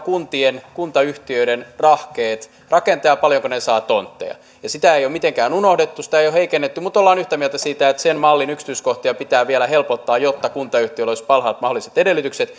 kuntien kuntayhtiöiden rahkeet rakentaa ja paljonko ne saavat tontteja sitä ei ole mitenkään unohdettu sitä ei ole heikennetty mutta olemme yhtä mieltä siitä että sen mallin yksityiskohtia pitää vielä helpottaa jotta kuntayhtiöillä olisi parhaat mahdolliset edellytykset